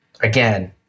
Again